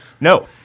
No